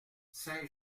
saint